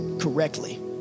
correctly